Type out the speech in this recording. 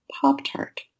pop-tart